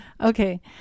Okay